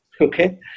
okay